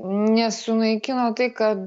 nesunaikino tai kad